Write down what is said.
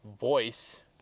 voice